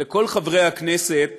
וכל חברי הכנסת